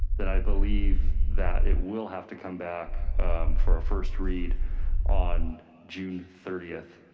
then i believe that it will have to come back for our first read on june thirtieth.